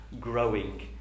growing